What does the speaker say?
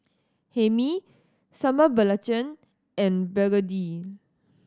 Hae Mee Sambal Belacan and begedil